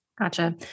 Gotcha